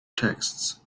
texts